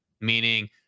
Meaning